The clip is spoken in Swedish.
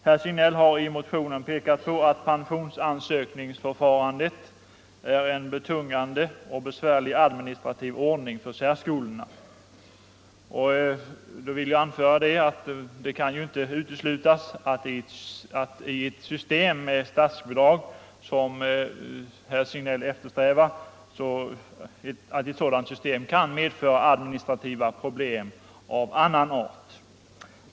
Herr Signell har i motionen pekat på att pensionsansökningsförfarandet är en betungande och besvärlig administrativ ordning för särskolorna. Då vill jag anföra att det ju inte kan uteslutas att ett system med statsbidrag, som herr Signell eftersträvar, kan medföra administrativa problem av annan art.